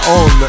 on